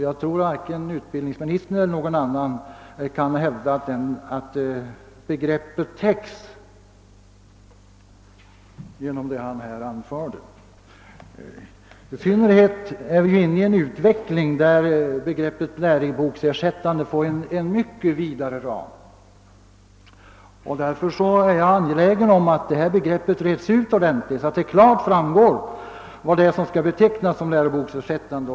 Jag tror att varken utbildningsministern eller någon annan kan hävda att begreppet täcks genom det som utbildningsministern här anförde. Vi är ju inne i en utveckling, där begreppet läroboksersättande får en mycket vidare ram. Därför är jag angelägen om att begreppet reds ut ordentligt, så att det står klart vad som skall betecknas läroboksersättande.